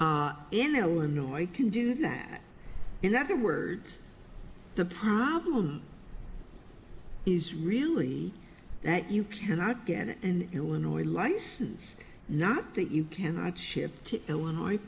in illinois can do that in other words the problem is really that you cannot get it in illinois license not that you cannot ship to illinois